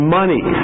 money